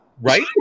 right